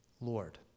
Lord